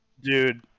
Dude